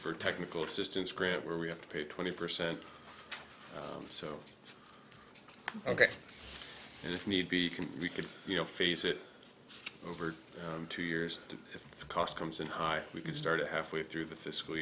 for technical assistance grant where we have to pay twenty percent or so ok and if need be can we could you know face it over two years if the cost comes in high we could start it halfway through the fiscal